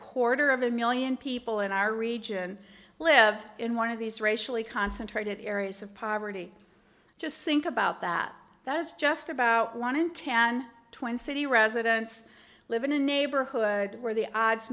quarter of a million people in our region live in one of these racially concentrated areas of poverty just think about that that is just about one in tan twin city residents live in a neighborhood where the odds